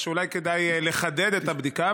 כך שאולי כדאי לחדד את הבדיקה.